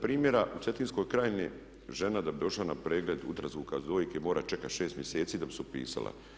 Primjera u cetinskoj krajini, žena da bi došla na pregled ultrazvuka dojke mora čekati šest mjeseci da bi se upisala.